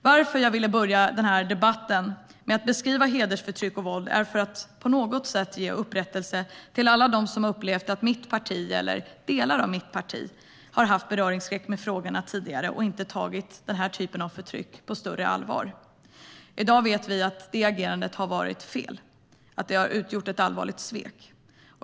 Varför jag ville börja debatten med att beskriva hedersförtryck och våld är för att på något sätt ge upprättelse till alla dem som har upplevt att mitt parti eller delar av mitt parti har haft beröringsskräck med frågorna tidigare och inte tagit den typen av förtryck på större allvar. I dag vet vi att det agerandet har varit fel, att det har utgjort ett allvarligt svek.